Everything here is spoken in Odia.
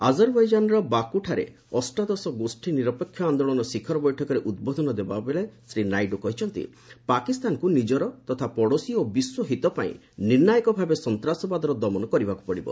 ଆଜରବୈଜାନ୍ର ବାକ୍ରଠାରେ ଅଷ୍ଟଦଶ ଗୋଷୀ ନିରପେକ୍ଷ ଆନ୍ଦୋଳନ ଶିଖର ବୈଠକରେ ଉଦ୍ବୋଧନ ଦେଲାବେଳେ ଶ୍ରୀ ନାଇଡ଼ କହିଛନ୍ତି ପାକିସ୍ତାନକ୍ତ ନିଜର ତଥା ପଡ଼ୋଶୀ ଓ ବିଶ୍ୱ ହିତ ପାଇଁ ନିର୍ଣ୍ଣାୟକ ଭାବେ ସନ୍ତାସବାଦର ଦମନ କରିବାକୁ ପଡ଼ିବ